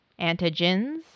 Antigens